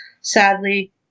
Sadly